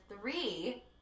three